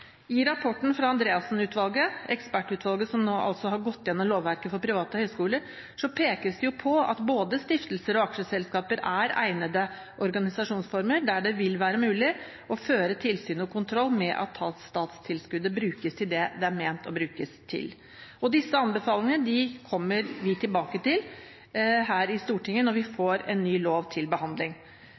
I rapporten fra Andreassen-utvalget, ekspertutvalget som har gått igjennom lovverket for private høyskoler, pekes det på at både stiftelser og aksjeselskaper er egnede organisasjonsformer, der det vil være mulig å føre tilsyn og kontroll med at statstilskuddet brukes til det det er ment å brukes til. Disse anbefalingene kommer vi tilbake til her i Stortinget når vi får en ny lov til behandling.